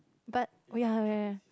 but we are ya ya